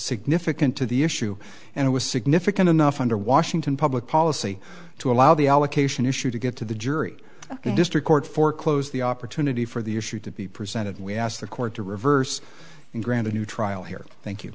significant to the issue and was significant enough under washington public policy to allow the allocation issue to get to the jury the district court foreclose the opportunity for the issue to be presented we asked the court to reverse and grant a new trial here thank you